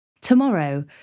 Tomorrow